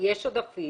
יש עודפים,